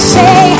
say